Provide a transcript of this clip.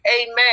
amen